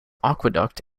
aqueduct